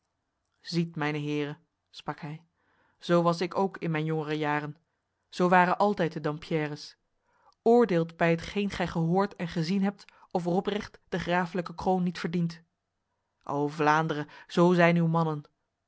ziet mijne heren sprak hij zo was ik ook in mijn jongere jaren zo waren altijd de dampierres oordeelt bij hetgeen gij gehoord en gezien hebt of robrecht de graaflijke kroon niet verdient o vlaanderen zo zijn uw mannen